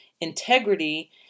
integrity